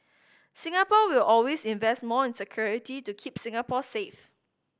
Singapore will always invest more in security to keep Singapore safe